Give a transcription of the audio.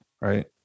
right